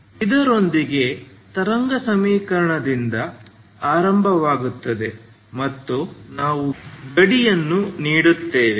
ಇದರೊಂದಿಗೆ ತರಂಗ ಸಮೀಕರಣದಿಂದ ಆರಂಭವಾಗುತ್ತದೆ ಮತ್ತು ನಾವು ಗಡಿಯನ್ನು ನೀಡುತ್ತೇವೆ